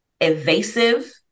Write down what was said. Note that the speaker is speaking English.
Evasive